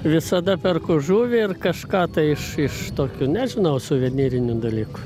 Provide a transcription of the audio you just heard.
visada perku žuvį ir kažką tai iš iš tokių nežinau suvenyrinių dalykų